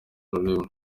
rurimo